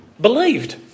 believed